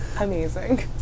Amazing